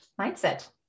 Mindset